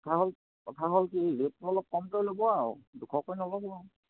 কথা হ'ল কথা হ'ল কি ৰেটটো অলপ কমকৈ ল'ব আৰু দুশকৈ নল'ব